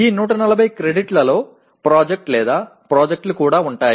ఈ 140 క్రెడిట్లలో ప్రాజెక్ట్ లేదా ప్రాజెక్టులు కూడా ఉంటాయి